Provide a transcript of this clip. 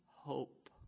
hope